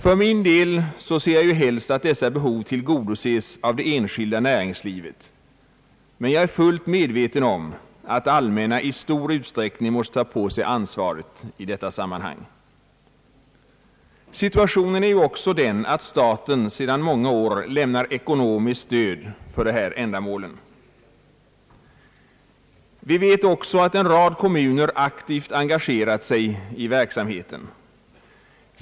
För min del ser jag helst att dessa behov tillgodoses av det enskilda näringslivet, men jag är fullt medveten om att det allmänna i stor utsträckning måste ta på sig ansvaret i detta sammanhang. Situationen är ju också den att staten sedan många år lämnar ekonomiskt stöd för dessa ändamål. Vi vet också att en rad kommuner aktivt engagerat sig i denna verksamhet.